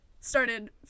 started